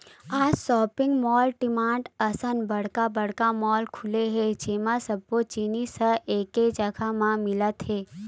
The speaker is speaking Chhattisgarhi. आज सॉपिंग मॉल, डीमार्ट असन बड़का बड़का मॉल खुले हे जेमा सब्बो जिनिस ह एके जघा म मिलत हे